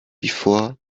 before